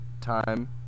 time